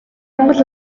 монгол